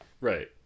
right